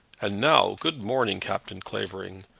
and now, good-morning, captain clavering.